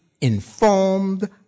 informed